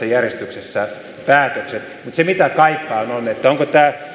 järjestyksessä päätökset mutta se mitä kaipaan on se onko tämä